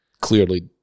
clearly